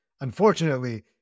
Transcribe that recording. unfortunately